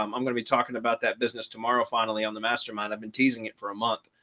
um going to be talking about that business tomorrow. finally, on the mastermind, i've been teasing it for a month.